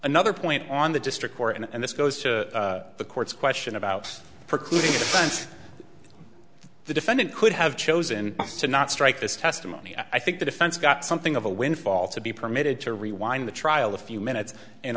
another point on the district court and this goes to the court's question about precluding sense the defendant could have chosen to not strike this testimony i think the defense got something of a windfall to be permitted to rewind the trial a few minutes and